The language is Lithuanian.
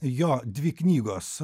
jo dvi knygos